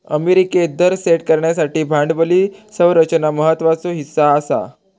अमेरिकेत दर सेट करण्यासाठी भांडवली संरचना एक महत्त्वाचो हीस्सा आसा